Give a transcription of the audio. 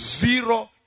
zero